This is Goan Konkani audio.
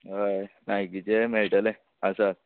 हय नायकीचे मेळटले आसा